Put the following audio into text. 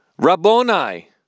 Rabboni